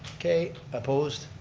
okay opposed.